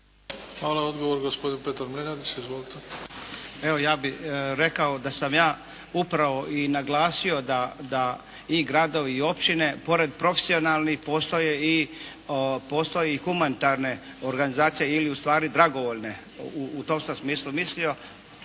Hvala. Odgovor gospodin Petar Mlinarić. Izvolite. **Mlinarić, Petar (HDZ)** Evo ja bih rekao da sam ja upravo i naglasio da i gradovi i općine pored profesionalnih postoje i humanitarne organizacije ili u stvari dragovoljne u tom sam smislu mislio,